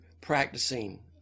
practicing